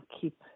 keep